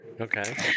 Okay